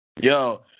yo